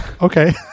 Okay